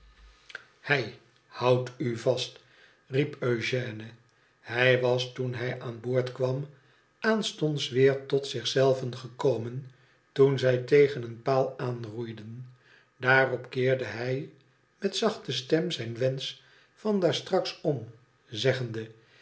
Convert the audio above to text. hei houdt u vast riep eugène hij was toen hij aan boord kwam aanstonds weer tot zich zelven gekomen toen zij tegen een paal aanroeiden daarop keerde hij met zachte stem zijn wensch van daarstraks om zeggende